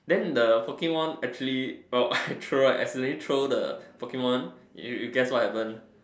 then the Pokemon actually well I throw accidentally throw the Pokemon you you guess what happen